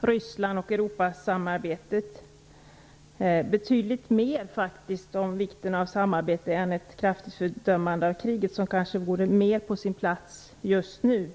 Ryssland och Europasamarbetet. Svaret innebär faktiskt mer ett framhållande av vikten av samarbete än ett kraftigt fördömande av kriget, som kanske vore mer på sin plats just nu.